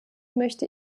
möchte